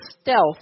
stealth